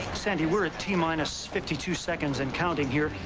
sandy, we're at t minus fifty two seconds and counting here.